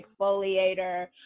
exfoliator